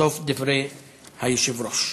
סוף דברי היושב-ראש.